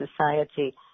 society